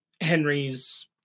Henry's